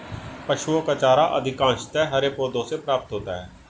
पशुओं का चारा अधिकांशतः हरे पौधों से प्राप्त होता है